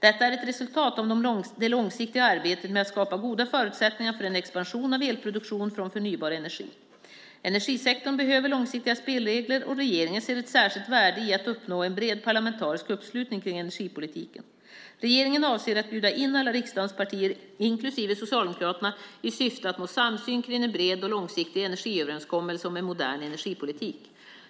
Detta är ett resultat av det långsiktiga arbetet med att skapa goda förutsättningar för en expansion av elproduktion från förnybar energi. Energisektorn behöver långsiktiga spelregler, och regeringen ser ett särskilt värde i att uppnå en bred parlamentarisk uppslutning kring energipolitiken. Regeringen avser att bjuda in alla riksdagens partier inklusive Socialdemokraterna i syfte att nå samsyn kring en bred och långsiktig energiöverenskommelse om en modern energipolitik.